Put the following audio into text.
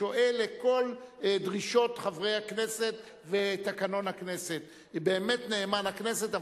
ושועה לכל דרישות חברי הכנסת ותקנון הכנסת ובאמת נאמן לכנסת,